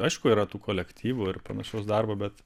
aišku yra tų kolektyvų ir panašaus darbo bet